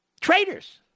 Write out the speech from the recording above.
Traitors